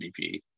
MVP